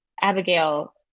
Abigail